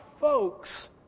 folks